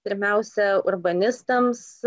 pirmiausia urbanistams